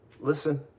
Listen